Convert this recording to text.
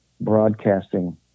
broadcasting